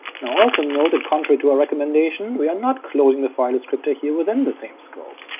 now also note that, contrary to our recommendation, we are not closing the file descriptor here within the same scope.